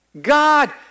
God